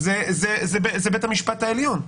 -- זה בית המשפט העליון,